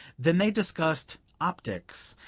then they discussed optics,